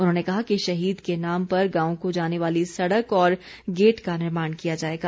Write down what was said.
उन्होंने कहा कि शहीद के नाम पर गांव को जाने वाली सड़क और गेट का निर्माण किया जाएगा